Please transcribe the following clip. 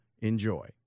Enjoy